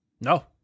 No